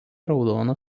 raudona